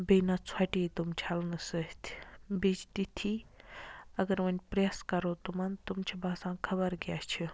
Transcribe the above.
بیٚیہِ نہ ژھۄٹے تم چھَلنہٕ سۭتۍ بیٚیہِ چھِ تِتھی اگر وَنۍ پریٚس کَرو تمن تم چھِ باسان خَبر کیاہ چھِ